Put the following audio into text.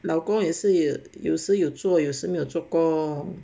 老公也是有时有做有时没有做工